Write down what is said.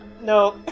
no